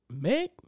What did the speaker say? Meg